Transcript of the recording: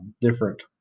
different